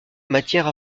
matière